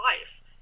life